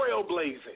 trailblazing